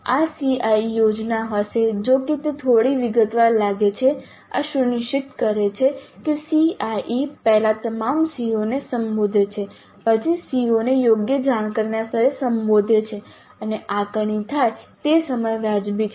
આ CIE યોજના હશે જો કે તે થોડી વિગતવાર લાગે છે આ સુનિશ્ચિત કરે છે કે CIE પહેલા તમામ CO ને સંબોધે છે પછી CO ને યોગ્ય જાણકારીના સ્તરે સંબોધે છે અને આકારણી થાય તે સમય વાજબી છે